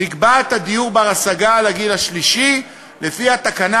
נקבע את הדיור בר-השגה לגיל השלישי לפי התקנה,